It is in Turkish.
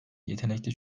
yetenekli